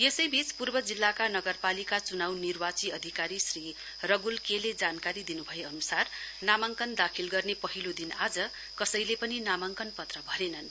यसैबीच पूर्व जिल्लाको नगरपालिका चुनाउ निर्वाची अधिकारी श्री रगुल के ले जानकारी दिनु भए अनुसार नामाङ्कन दाखिल गर्ने पहिलो दिन आज कसैले पनि नामाङ्कन पत्र भरेनन्